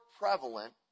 prevalent